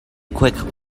quick